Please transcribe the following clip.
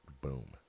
boom